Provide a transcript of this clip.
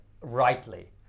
rightly